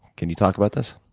can you talk about this?